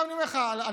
אני אומר לך לגבי